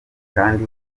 kandi